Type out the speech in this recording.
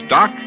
Doc